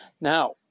Now